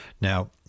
Now